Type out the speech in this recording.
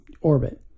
orbit